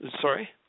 Sorry